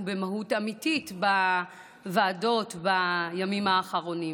במהות אמיתית בוועדות בימים האחרונים,